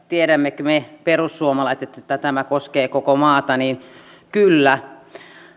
tiedämmekö me perussuomalaiset että tämä koskee koko maata kyllä